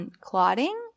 Clotting